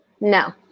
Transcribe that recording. No